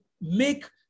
make